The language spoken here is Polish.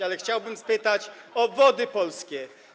Ale chciałbym spytać o Wody Polskie.